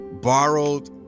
Borrowed